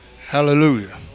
hallelujah